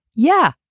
yeah.